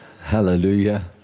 Hallelujah